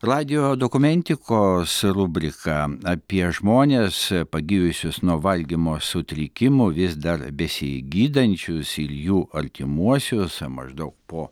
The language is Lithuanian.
radijo dokumentikos rubrika apie žmones pagijusius nuo valgymo sutrikimų vis dar besigydančius ir jų artimuosius maždaug po